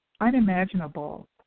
unimaginable